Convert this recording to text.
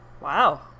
Wow